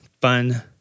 fun